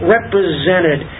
Represented